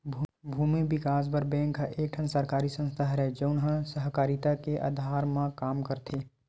भूमि बिकास बर बेंक ह एक ठन सरकारी संस्था हरय, जउन ह सहकारिता के अधार म काम करथे